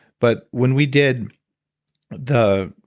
but when we did the